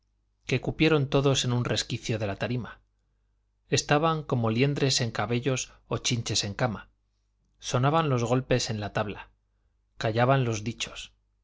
que cupieron todos en un resquicio de la tarima estaban como liendres en cabellos o chinches en cama sonaban los golpes en la tabla callaban los dichos